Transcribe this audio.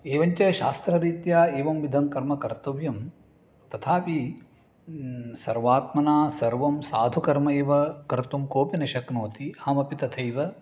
एवञ्च शास्त्ररीत्या एवं विधं कर्म कर्तव्यं तथापि सर्वात्मना सर्वं साधुकर्म एव कर्तुं कोपि न शक्नोति अहमपि तथैव